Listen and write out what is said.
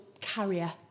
carrier